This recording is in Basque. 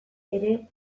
ere